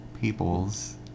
people's